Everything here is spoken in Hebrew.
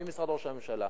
ממשרד ראש הממשלה,